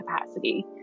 capacity